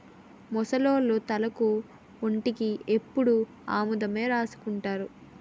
ముసలోళ్లు తలకు ఒంటికి ఎప్పుడు ఆముదమే రాసుకుంటారు